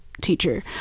teacher